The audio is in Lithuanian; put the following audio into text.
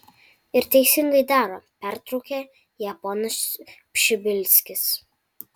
ir teisingai daro pertraukė ją ponas pšibilskis